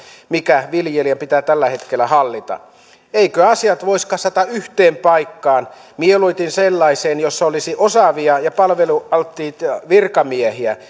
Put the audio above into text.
mikä viljelijän pitää tällä hetkellä hallita eikö asioita voisi kasata yhteen paikkaan mieluiten sellaiseen jossa olisi osaavia ja palvelualttiita virkamiehiä